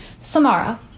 Samara